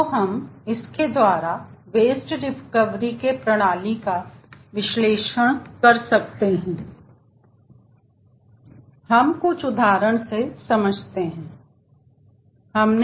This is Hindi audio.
तो हम इसके द्वारा वेस्ट रिकवरी के प्रणाली का विश्लेषण कर सकते हैं और हम कुछ उदाहरण से समझेंगे